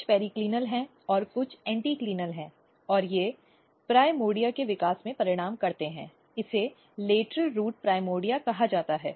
कुछ पेरिकेलिनल हैं और कुछ एंटीकाइनल हैं और ये प्राइमोर्डिया के विकास में परिणाम करते हैं इसे लेटरल रूट प्राइमोर्डिया कहा जाता है